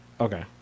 Okay